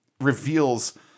reveals